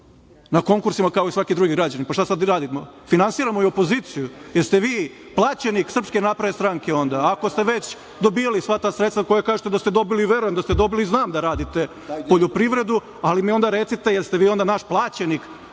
na konkursima kao i svaki drugi građani, pa šta sad da radimo? Finansiramo i opoziciju. Jeste vi plaćenik SNS onda? Ako ste već dobijali sva ta sredstva koja kažete da ste dobili, verujem da ste dobili i znam da radite poljoprivredu, ali mi onda recite jeste vi nama naš plaćenik